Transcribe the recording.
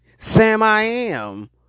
Sam-I-Am